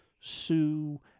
sue